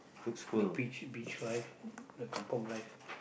the beach beach life the kampung life